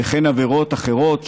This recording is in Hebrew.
וכן עבירות אחרות,